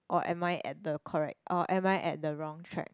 or am I at the correct or am I at the wrong track